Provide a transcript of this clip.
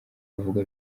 avuga